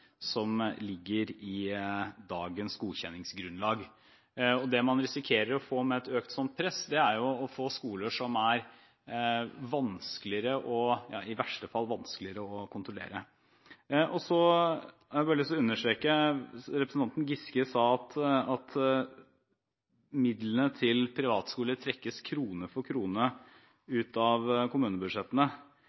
i dagens godkjenningsgrunnlag. Det man risikerer å få med et slikt økt press, er skoler som – i verste fall – er vanskeligere å kontrollere. Jeg har lyst til bare å understreke: Representanten Giske sa at midlene til privatskoler trekkes krone for krone ut av kommunebudsjettene.